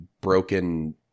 broken